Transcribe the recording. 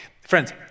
Friends